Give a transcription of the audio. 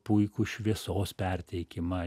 puikų šviesos perteikimą